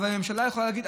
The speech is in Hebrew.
אבל הממשלה יכולה להגיד,